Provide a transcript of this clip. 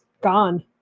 gone